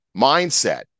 mindset